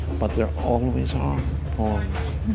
but there always are poems,